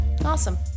Awesome